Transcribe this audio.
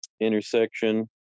intersection